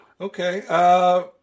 Okay